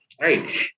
right